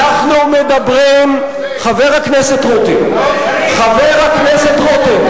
אנחנו מדברים, חבר הכנסת רותם, חבר הכנסת רותם,